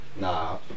Nah